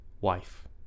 wife